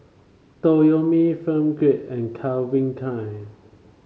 Toyomi Film Grade and Calvin Klein